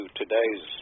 today's